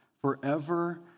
forever